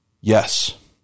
Yes